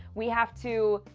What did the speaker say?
we have to.